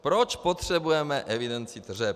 Proč potřebujeme evidenci tržeb?